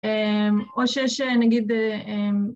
אממ או שיש נגיד אממ..